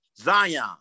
zion